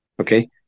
okay